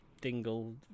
dingle